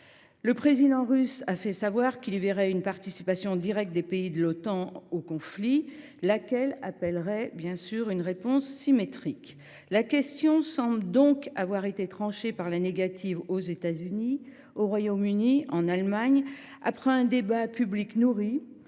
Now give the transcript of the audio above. Le président russe a fait savoir qu’il y verrait une participation directe des pays de l’Otan au conflit, laquelle appellerait une réponse symétrique. La question semble avoir été tranchée par la négative aux États Unis, au Royaume Uni et en Allemagne après un débat public nourri